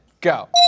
go